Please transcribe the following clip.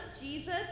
Jesus